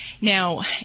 Now